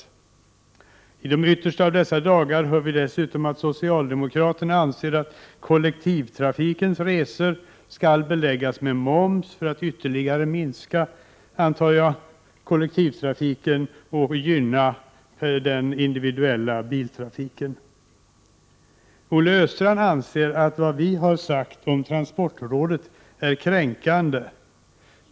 I dessa de yttersta av dagar hör vi dessutom att socialdemokraterna anser att kollektivtrafikens resor skall beläggas med moms - för att ytterligare minska kollektivtrafiken och gynna den individuella biltrafiken, antar jag. Olle Östrand anser att vad vi har sagt om transportrådet är kränkande.